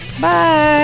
Bye